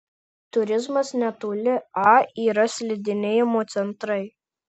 turizmas netoli a yra slidinėjimo centrai